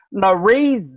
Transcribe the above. marie